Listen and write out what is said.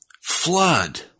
flood